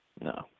No